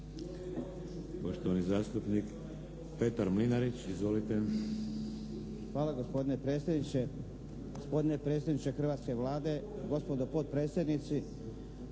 Poštovani zastupnik Petar Mlinarić. Izvolite. **Mlinarić, Petar (HDZ)** Hvala gospodine predsjedniče. Gospodine predsjedniče hrvatske Vlade, gospodo potpredsjednici,